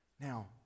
Now